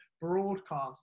broadcast